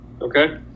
Okay